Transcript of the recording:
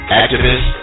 activist